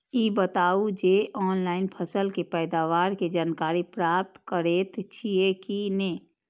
ई बताउ जे ऑनलाइन फसल के पैदावार के जानकारी प्राप्त करेत छिए की नेय?